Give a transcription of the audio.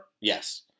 Yes